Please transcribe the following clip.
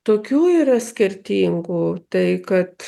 tokių yra skirtingų tai kad